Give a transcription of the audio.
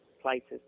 places